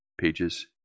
pages